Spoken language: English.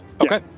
Okay